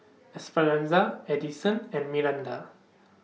Esperanza Edison and Myranda